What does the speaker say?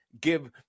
give